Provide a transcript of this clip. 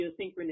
geosynchronous